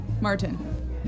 Martin